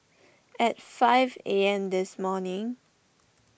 at five A M this morning